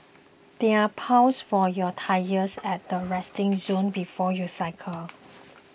there are pumps for your tyres at the resting zone before you cycle